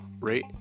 rate